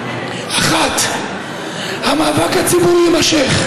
1. המאבק הציבורי יימשך,